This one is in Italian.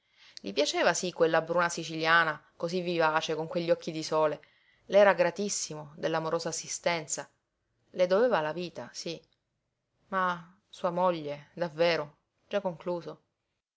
gli piaceva sí quella bruna siciliana cosí vivace con quegli occhi di sole le era gratissimo dell'amorosa assistenza le doveva la vita sí ma sua moglie davvero già concluso